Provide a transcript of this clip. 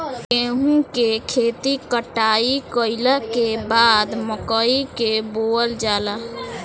गेहूं के खेती कटाई कइला के बाद मकई के बोअल जाला